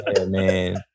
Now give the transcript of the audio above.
man